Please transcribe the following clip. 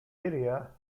area